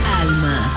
Alma